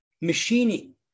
machining